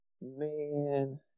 Man